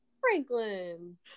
Franklin